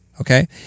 Okay